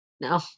no